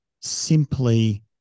simply